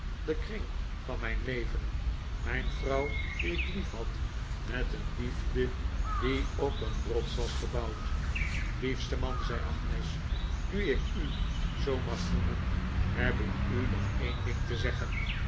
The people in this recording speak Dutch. de kring van mijn leven mijn vrouw die ik liefhad met een liefde die op een rots was gebouwd liefste man zei agnes nu ik u zoo mag noemen heb ik u nog een ding te zeggen